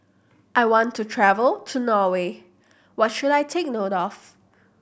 I want to travel to Norway what should I take note of